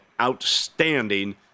outstanding